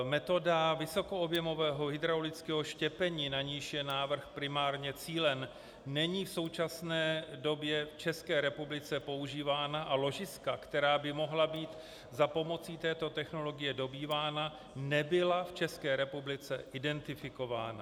Metoda vysokoobjemového hydraulického štěpení, na niž je návrh primárně cílen, není v současné době v České republice používána a ložiska, která by mohla být za pomoci této technologie dobývána, nebyla v České republice identifikována.